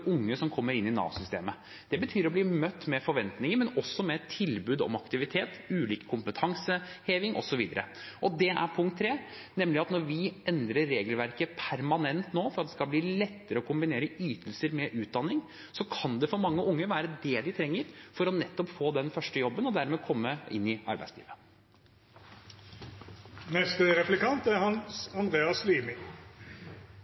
unge som kommer inn i Nav-systemet. Det betyr å bli møtt med forventninger, men også med tilbud om aktivitet, ulik kompetanseheving osv. Og det er punkt tre, nemlig at når vi nå endrer regelverket permanent for at det skal bli lettere å kombinere ytelser med utdanning, kan det for mange unge være det de trenger for nettopp å få den første jobben og dermed komme inn i